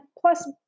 plus